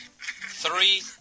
Three